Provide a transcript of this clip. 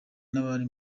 n’abari